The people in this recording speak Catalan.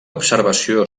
observació